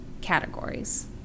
categories